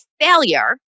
failure